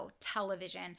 television